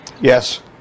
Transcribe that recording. yes